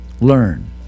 Learn